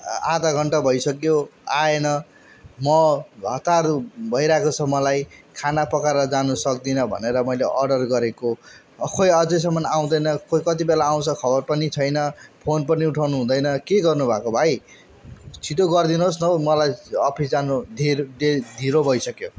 आधा घन्टा भइसक्यो आएन म हतार भइरहेको छ मलाई खाना पकाएर जानु सक्दिनँ भनेर मैले अर्डर गरेको खै अझसम्म आउँदैन खै कति बेला आउँछ खै खबर पनि छैन फोन पनि उठाउनु हुँदैन के गर्नु भएको भाइ छिटो गरिदिनु होस् न हो मलाई अफिस जानु धेरै धेर ढिलो भइसक्यो